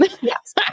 Yes